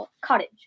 cottage